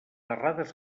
errades